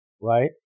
Right